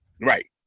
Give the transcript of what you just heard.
Right